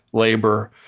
labor,